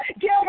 give